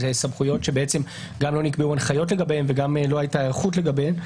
סמכויות שעדיין גם לא נקבעו הנחיות לגביהן וגם לא היתה היערכות לגביהן.